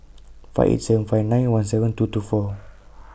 five eight seven five nine one seven two two four